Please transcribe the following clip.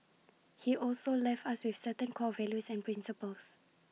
he also left us with certain core values and principles